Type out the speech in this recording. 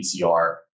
PCR